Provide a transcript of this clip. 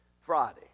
Friday